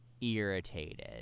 irritated